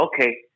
Okay